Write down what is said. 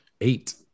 eight